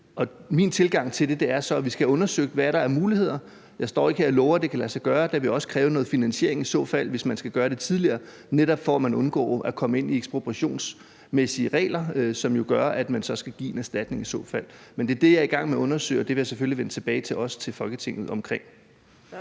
Min tilgang til det er så, at vi skal have undersøgt, hvad der er af muligheder, og jeg står ikke her og lover, at det kan lade sig gøre, og det vil i så fald også kræve noget finansiering, hvis man skal gøre det tidligere, netop for at man undgår at komme ind i ekspropriationsmæssige regler, som jo i så fald gør, at man skal give en erstatning. Men det er det, jeg er i gang med at undersøge, og det vil jeg selvfølgelig også vende tilbage til Folketinget omkring.